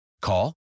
Call